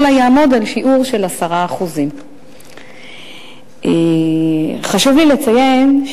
אלא יעמוד על שיעור של 10%. חשוב לי לציין,